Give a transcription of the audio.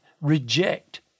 reject